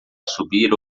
subir